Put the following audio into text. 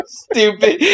stupid